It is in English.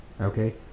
okay